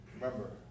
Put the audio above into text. Remember